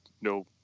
no